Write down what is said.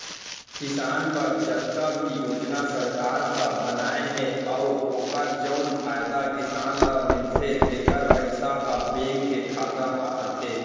किसान बर जतका भी योजना सरकार ह बनाए हे अउ ओकर जउन फायदा किसान ल मिलथे तेकर पइसा ह बेंक के खाता म आथे